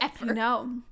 no